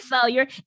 failure